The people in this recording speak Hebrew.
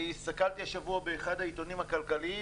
אני הסתכלתי השבוע באחד העיתונים הכלכליים,